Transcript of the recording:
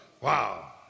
Wow